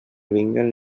vinguen